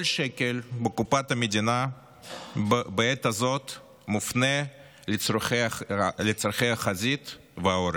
כל שקל מקופת המדינה בעת הזאת מופנה לצורכי החזית והעורף.